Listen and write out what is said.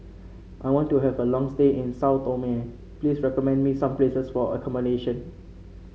I want to have a long stay in Sao Tome please recommend me some places for accommodation